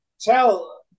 tell